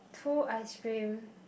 two ice cream